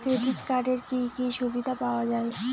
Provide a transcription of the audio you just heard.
Credit কার্ডের কি কি সুবিধা পাওয়া যায়?